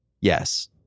Yes